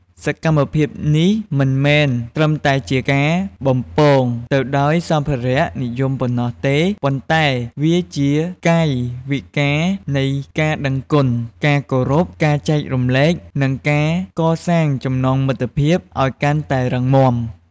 សកម្មភាពនេះមិនមែនត្រឹមតែជាការបំពងទៅដោយសម្ភារៈនិយមប៉ុណ្ណោះទេ ប៉ុន្តែវាជា កាយវិការនៃការដឹងគុណ ការគោរព ការចែករំលែក និងការកសាងចំណងមិត្តភាព ឱ្យកាន់តែរឹងមាំ។